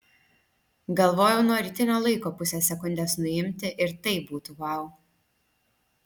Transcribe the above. galvojau nuo rytinio laiko pusę sekundės nuimti ir tai būtų vau